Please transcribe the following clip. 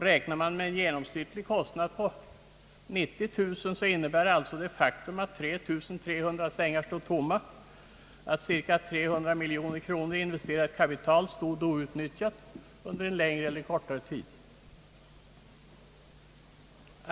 Räknar man med en genomsnittlig kostnad av 90 000 kronor innebär alltså det faktum att 3 300 sängar står tomma att ett investerat kapital av cirka 300 miljoner kronor inte är utnyttjat under en längre eller kortare tid.